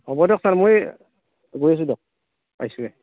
হ'ব দিয়ক ছাৰ মই এই গৈ আছো দিয়ক পাইছোঁৱেই